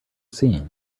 seen